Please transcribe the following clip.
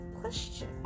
question